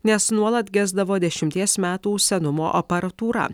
nes nuolat gesdavo dešimties metų senumo aparatūra